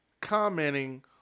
commenting